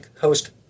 host